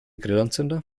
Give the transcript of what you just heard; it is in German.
grillanzünder